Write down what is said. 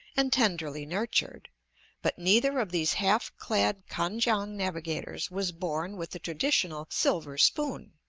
and tenderly nurtured but neither of these half-clad kan-kiang navigators was born with the traditional silver spoon.